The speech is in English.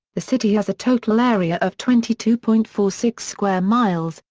the city has a total area of twenty two point four six square miles,